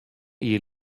jier